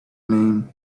name